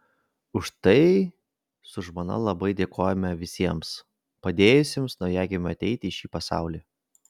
už tai su žmona labai dėkojame visiems padėjusiems naujagimiui ateiti į šį pasaulį